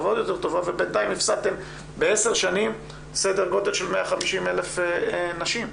ובינתיים הפסדתם בעשר שנים סדר גודל של 150,000 נשים.